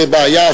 זו בעיה,